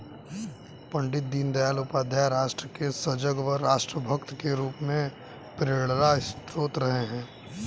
पण्डित दीनदयाल उपाध्याय राष्ट्र के सजग व राष्ट्र भक्त के रूप में प्रेरणास्त्रोत रहे हैं